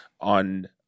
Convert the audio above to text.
on